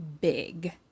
big